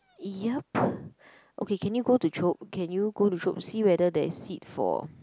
yup okay can you go to Chope can you go to Chope see whether there is seat for